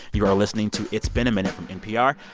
you are listening to it's been a minute from npr.